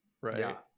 right